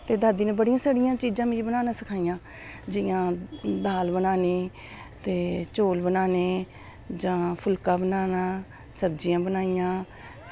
ते दादी नै बड़ियां सारियां चीज़ां मिगी बनाना सखाइयां जियां दाल बनानी ते चौल बनाने जां फुल्का बनाना जां सब्ज़ियां बनानियां